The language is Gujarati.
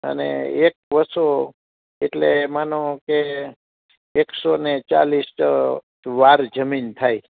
અને એક વસો એટલે માનો કે એક્સઓને ચાલીસ વાર જમીન થાય